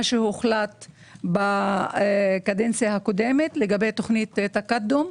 מה שהוחלט בקדנציה הקודמת לגבי תוכנית "תקאדום".